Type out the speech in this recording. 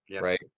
Right